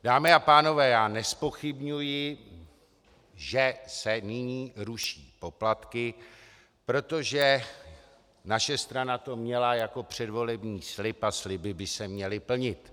Dámy a pánové, nezpochybňuji, že se nyní ruší poplatky, protože naše strana to měla jako předvolební slib a sliby by se měly plnit.